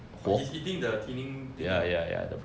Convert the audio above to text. but he's eating the thinning thing ah